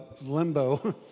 limbo